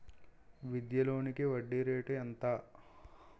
విద్యా లోనికి వడ్డీ రేటు ఎంత?